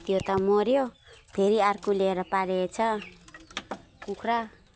त्यो त मर्यो फेरि अर्को ल्याएर पालेको छ कुखुरा